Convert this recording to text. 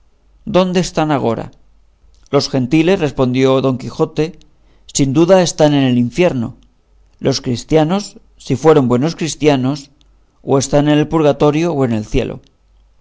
dónde están agora los gentiles respondió don quijote sin duda están en el infierno los cristianos si fueron buenos cristianos o están en el purgatorio o en el cielo